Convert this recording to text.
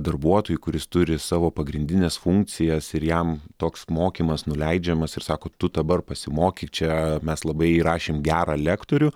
darbuotojui kuris turi savo pagrindines funkcijas ir jam toks mokymas nuleidžiamas ir sako tu dabar pasimokyk čia mes labai įrašėm gerą lektorių